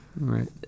right